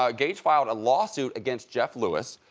ah gage filed a lawsuit against jeff lewis.